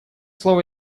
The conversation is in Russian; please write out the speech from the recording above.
слово